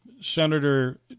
Senator